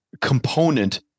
component